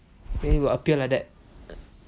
then it will appear like that